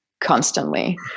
constantly